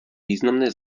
významné